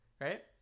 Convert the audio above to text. right